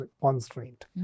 constraint